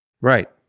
Right